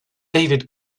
david